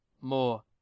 More